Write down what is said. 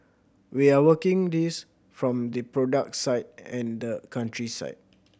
we are working this from the product side and the country side